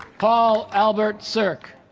paul albert serck